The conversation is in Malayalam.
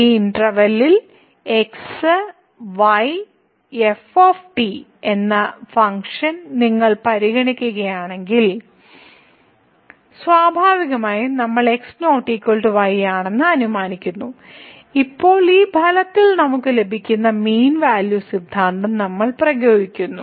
ഈ ഇന്റെർവെല്ലിൽ x y f എന്ന ഫംഗ്ഷൻ നിങ്ങൾ പരിഗണിക്കുകയാണെങ്കിൽ സ്വാഭാവികമായും നമ്മൾ x ≠ y ആണെന്ന് അനുമാനിക്കുന്നു ഇപ്പോൾ ഈ ഫലത്തിൽ നമുക്ക് ലഭിക്കുന്ന മീൻ വാല്യൂ സിദ്ധാന്തം നമ്മൾ പ്രയോഗിക്കുന്നു